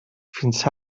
fins